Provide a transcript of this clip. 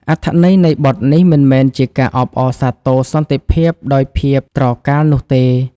អត្ថន័យនៃបទនេះមិនមែនជាការអបអរសាទរសន្តិភាពដោយភាពត្រកាលនោះទេ។